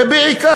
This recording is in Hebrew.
ובעיקר,